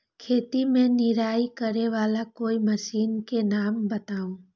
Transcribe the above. खेत मे निराई करे वाला कोई मशीन के नाम बताऊ?